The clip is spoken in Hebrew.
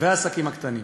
והעסקים הקטנים,